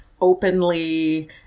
openly